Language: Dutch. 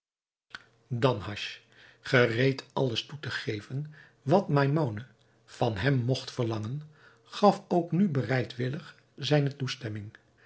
danhasch gereed alles toe te geven wat maimoune van hem mogt verlangen gaf ook nu bereidwillig zijne toestemming